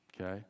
okay